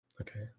okay